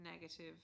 negative